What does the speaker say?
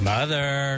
Mother